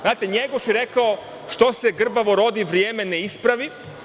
Znate, NJegoš je rekao – što se grbavo rodi, vreme ne ispravi.